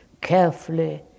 carefully